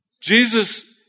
Jesus